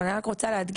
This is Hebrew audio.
אבל אני רק רוצה להדגיש,